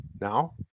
now